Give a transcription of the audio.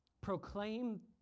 proclaim